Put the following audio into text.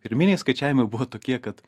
pirminiai skaičiavimai buvo tokie kad